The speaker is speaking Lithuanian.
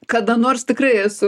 kada nors tikrai esu